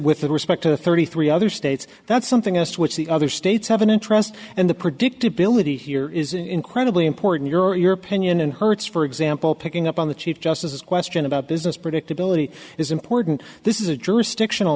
with respect to thirty three other states that's something us which the other states have an interest and the predictability here is incredibly important your in your opinion and hertz for example picking up on the chief justices question about business predictability is important this is a jurisdiction